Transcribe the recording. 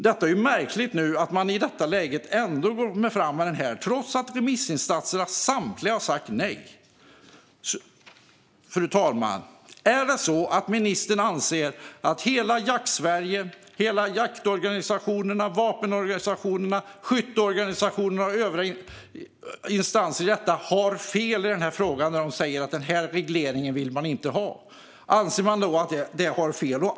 Det är märkligt att man i detta läge går fram med detta, trots att samtliga remissinstanser har sagt nej. Fru talman! Anser ministern att hela Jaktsverige, jaktorganisationerna, vapenorganisationerna, skytteorganisationerna och övriga instanser i detta sammanhang har fel när de säger att de inte vill ha den här regleringen?